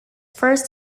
first